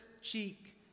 cheek